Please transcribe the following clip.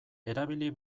erabili